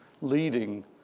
leading